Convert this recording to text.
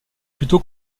plutôt